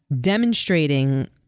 demonstrating